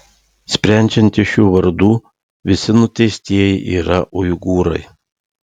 sprendžiant iš jų vardų visi nuteistieji yra uigūrai